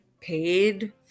paid